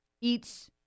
Eats